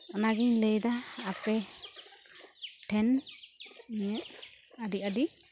ᱚᱱᱟ ᱜᱤᱧ ᱞᱟᱹᱭ ᱮᱫᱟ ᱟᱯᱮ ᱴᱷᱮᱱ ᱤᱧᱟᱹᱜ ᱟᱹᱰᱤ ᱟᱹᱰᱤ